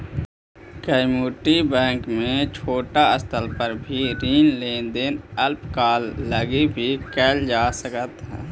community bank में छोटा स्तर पर भी ऋण लेन देन अल्पकाल लगी भी कैल जा सकऽ हइ